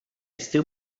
still